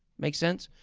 makes sense.